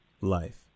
life